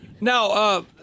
Now